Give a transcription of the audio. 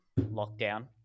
lockdown